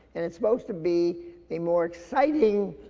and it's supposed to be a more exciting